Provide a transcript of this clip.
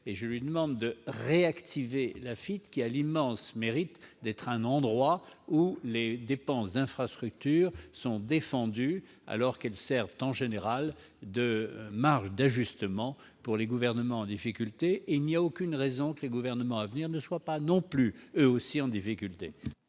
et je lui demande de réactiver l'AFITF. Cette agence a l'immense mérite d'être un lieu où les dépenses d'infrastructure sont défendues, alors qu'elles servent en général de marge d'ajustement pour les gouvernements en difficulté. Rappelons-nous qu'il n'y a aucune raison que les gouvernements à venir ne soient pas, à leur tour, en difficulté